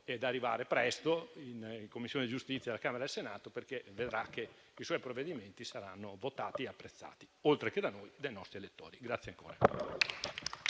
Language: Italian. ad arrivare presto nelle Commissioni giustizia di Camera e Senato, perché vedrà che i suoi provvedimenti saranno votati e apprezzati oltre che da noi, anche dai nostri elettori.